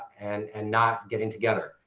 and and not getting together?